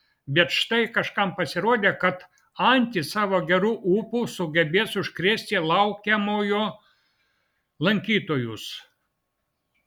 bet štai kažkam pasirodė kad antys savo geru ūpu sugebės užkrėsti laukiamojo lankytojus